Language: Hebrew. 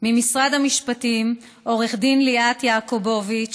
ממשרד המשפטים: עו"ד ליאת יעקובוביץ